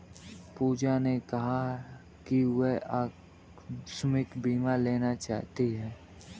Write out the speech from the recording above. पूजा ने कहा कि वह आकस्मिक बीमा लेना चाहती है